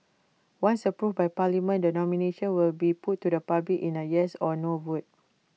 once approved by parliament the nomination will be put to the public in A yes or no vote